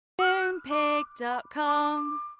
Moonpig.com